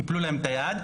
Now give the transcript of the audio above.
קיפלו להם את היד,